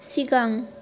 सिगां